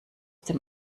dem